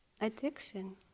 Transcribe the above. addiction